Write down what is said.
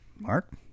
Mark